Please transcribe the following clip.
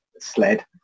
sled